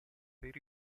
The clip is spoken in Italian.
per